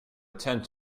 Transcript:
attend